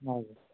हजुर